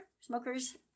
Smokers